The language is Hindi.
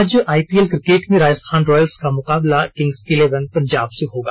आज आईपीएल किकेट में राजस्थान रॉयल्स का मुकाबला किंग्स इलेवन पंजाब से होगा